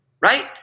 right